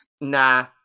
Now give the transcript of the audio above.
nah